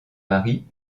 marie